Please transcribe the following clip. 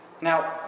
Now